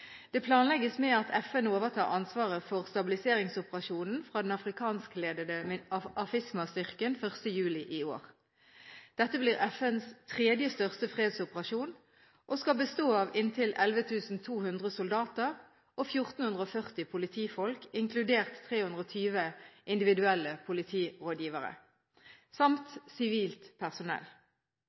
Det planlegges med at FN overtar ansvaret for stabiliseringsoperasjonen fra den afrikanskledede AFISMA-styrken 1. juli i år. Dette blir FNs tredje største fredsoperasjon, og den skal bestå av inntil 11 200 soldater og 1 440 politifolk, inkludert 320 individuelle politirådgivere samt sivilt personell.